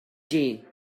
jeanne